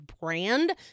brand